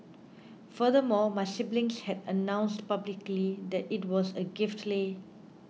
furthermore my siblings had announced publicly that it was a gift leh